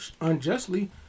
unjustly